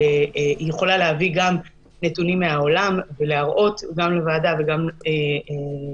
והיא יכולה להביא גם נתונים מהעולם ולהראות גם לוועדה וגם לחברים